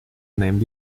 named